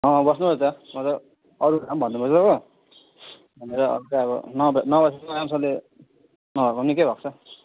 अँ बस्नुभयो त अरू काम भन्नुभयो हो अन्त अब नभए त त्यस्तो राम्रोसँगले भए पनि के गर्छ